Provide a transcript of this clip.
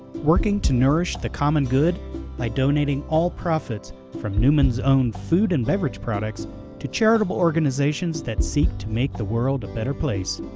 working to nourish the common good by donating all profits from newman's own food and beverage products to charitable organizations that seek to make the world a better place.